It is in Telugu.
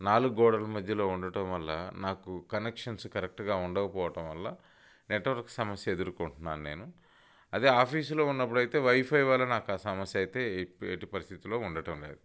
నాలుగు గోడల మధ్యలో ఉండటం వల్ల నాకు కనెక్షన్స్ కరెక్ట్గా ఉండకపోవడం వల్ల నెట్వర్క్ సమస్య ఎదుర్కొంటున్నాను నేను అదే ఆఫీస్లో ఉన్నప్పుడు అయితే వైఫై వల్ల నాకు ఆ సమస్య అయితే ఎట్టి పరిస్థితులో ఉండటం లేదు